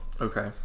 Okay